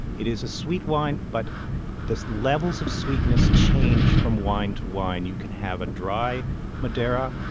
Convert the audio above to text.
it is a sweet wine, but the levels of sweetness change from wine to wine you can have a dry madeira,